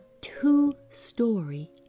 two-story